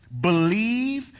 Believe